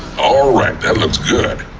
alright, that looks good!